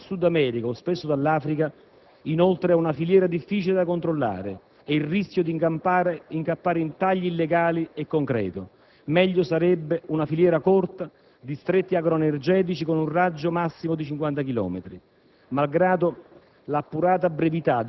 Il legno che arriva dal Centro e dal Sud America, o spesso dall'Africa, inoltre, ha una filiera difficile da controllare e il rischio di incappare in tagli illegali è concreto. Meglio sarebbe una filiera corta, distretti agroenergetici con un raggio massimo di 50 chilometri.